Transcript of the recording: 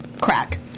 crack